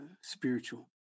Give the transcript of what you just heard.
spiritual